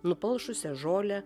nupulšusią žolę